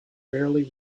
rarely